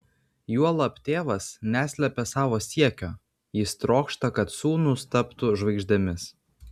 juolab tėvas neslepia savo siekio jis trokšta kad sūnūs taptų žvaigždėmis